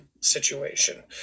situation